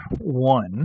one